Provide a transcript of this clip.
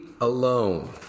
alone